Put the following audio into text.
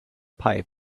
pipe